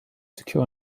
secure